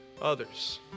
others